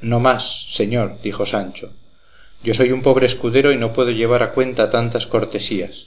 no más señor dijo sancho yo soy un pobre escudero y no puedo llevar a cuestas tantas cortesías